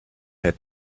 had